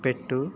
పెట్టు